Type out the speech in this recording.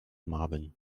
marvin